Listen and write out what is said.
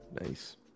Nice